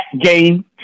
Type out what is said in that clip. game